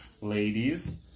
ladies